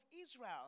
Israel